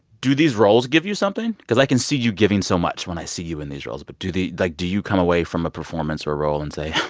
do these roles give you something? cause i can see you giving so much when i see you in these roles. but do they like, do you come away from a performance or a role and say,